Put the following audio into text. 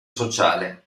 sociale